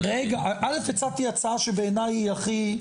רגע, א' הצעתי הצעה שבעיניי היא הכי פרקטית.